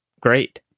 great